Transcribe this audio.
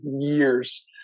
years